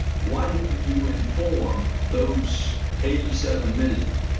why didn't you inform those eighty seven million?